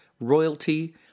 royalty